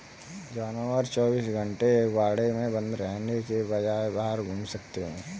जानवर चौबीस घंटे एक बाड़े में बंद रहने के बजाय बाहर घूम सकते है